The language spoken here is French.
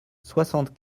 soixante